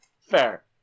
Fair